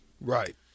Right